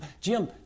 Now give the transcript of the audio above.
Jim